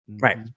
right